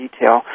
detail